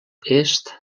est